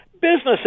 Businesses